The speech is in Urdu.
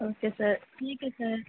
اوکے سر ٹھیک ہے سر